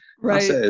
Right